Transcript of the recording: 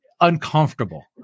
uncomfortable